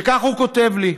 וכך הוא כותב לי: